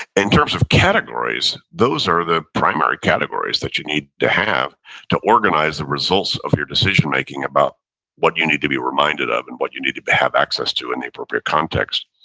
in terms of categories, those are the primary categories that you need to have to organize the results of your decision-making about what you need to be reminded of and what you need to have access to in the appropriate context.